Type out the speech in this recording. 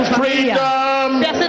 freedom